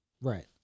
Right